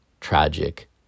tragic